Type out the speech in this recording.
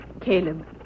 Caleb